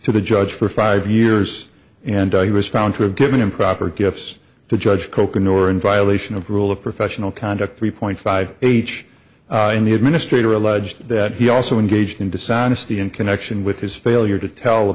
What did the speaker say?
to the judge for five years and he was found to have given improper gifts to judge coca nor in violation of rule of professional conduct three point five age in the administrator alleged that he also engaged in dishonesty in connection with his failure to tell